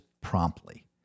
promptly